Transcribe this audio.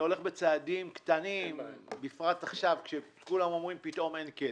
אני הולך בצעדים קטנים בפרט עכשיו כשכולם אומרים פתאום שאין כסף.